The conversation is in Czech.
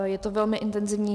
Je to velmi intenzivní.